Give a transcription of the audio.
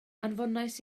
anfonais